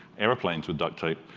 airplanes with duct tape.